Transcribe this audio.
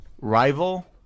Rival